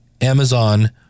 Amazon